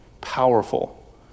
Powerful